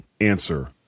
answer